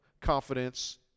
confidence